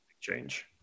change